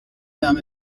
them